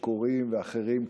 שיכורים ואחרים,